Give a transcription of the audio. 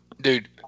Dude